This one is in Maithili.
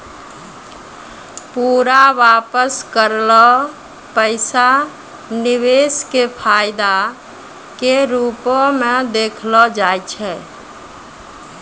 पूरा वापस करलो पैसा निवेश के फायदा के रुपो मे देखलो जाय छै